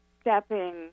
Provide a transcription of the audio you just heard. stepping